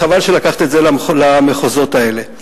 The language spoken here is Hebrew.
חבל שלקחת את זה למחוזות האלה.